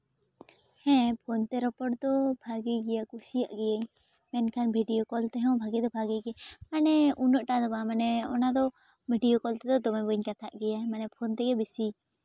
ᱦᱮᱸ ᱯᱷᱳᱱ ᱛᱮ ᱨᱚᱯᱚᱲ ᱫᱚ ᱵᱷᱟᱜᱮ ᱜᱮᱭᱟ ᱠᱩᱥᱤᱭᱟᱜ ᱜᱮᱭᱟᱹᱧ ᱢᱮᱱᱠᱷᱟᱱ ᱵᱷᱤᱰᱭᱳ ᱠᱚᱞ ᱛᱮᱦᱚᱸ ᱵᱷᱟᱜᱮ ᱫᱚ ᱵᱷᱟᱜᱮ ᱜᱮᱭᱟ ᱢᱟᱱᱮ ᱩᱱᱟᱹᱜ ᱴᱟ ᱫᱚ ᱵᱟᱝ ᱢᱟᱱᱮ ᱚᱱᱟ ᱫᱚ ᱵᱷᱤᱰᱭᱳ ᱠᱚᱞ ᱛᱮᱫᱚ ᱫᱚᱢᱮ ᱵᱟᱹᱧ ᱠᱟᱛᱷᱟᱜ ᱜᱮᱭᱟ ᱢᱟᱱᱮ ᱯᱷᱳᱱ ᱛᱮᱜᱮ ᱵᱮᱥᱤ